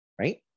right